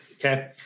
Okay